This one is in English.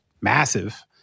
massive